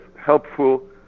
helpful